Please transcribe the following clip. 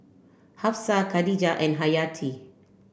Hafsa Khadija and Hayati